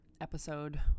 episode